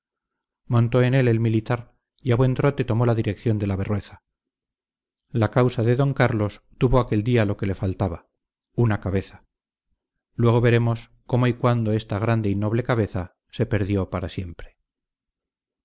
montó en él el militar y a buen trote tomó la dirección de la berrueza la causa de d carlos tuvo aquel día lo que le faltaba una cabeza luego veremos cómo y cuándo esta grande y noble cabeza se perdió para siempre